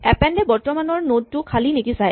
append এ বৰ্তমানৰ node টো খালী নেকি চায়